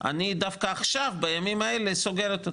אני דווקא עכשיו, בימים האלו, סוגרות אותו,